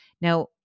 Now